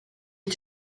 est